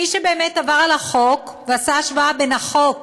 מי שבאמת עבר על החוק ועשה השוואה בין החוק